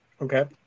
Okay